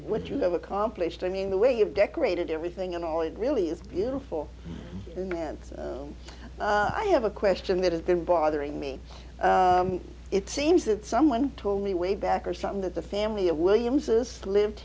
what you have accomplished i mean the way you've decorated everything and all it really is beautiful and i have a question that has been bothering me it seems that someone told me way back or something that the family of williams's lived